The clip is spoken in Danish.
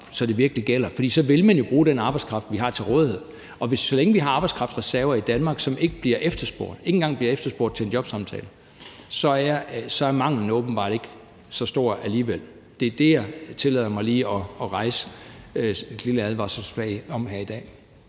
når det virkelig gælder. For så ville man jo bruge den arbejdskraft, vi har til rådighed. Og så længe vi har arbejdskraftreserver i Danmark, som ikke bliver efterspurgt, ikke engang bliver efterspurgt til en jobsamtale, så er manglen åbenbart ikke så stor alligevel. Det er det, jeg tillader mig lige at hejse et lille advarselsflag om her i dag.